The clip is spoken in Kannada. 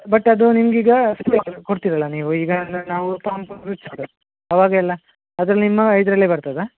ಬಟ್ ಅದು ನಿಮ್ಗೆ ಈಗ ಕೊಡ್ತೀರಲ್ವ ನೀವು ಈಗ ಅಂದರೆ ನಾವು ಅವಾಗೆಲ್ಲ ಅದ್ರಲ್ಲಿ ನಿಮ್ಮ ಇದ್ರಲ್ಲೇ ಬರ್ತದ್ಯ